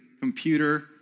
computer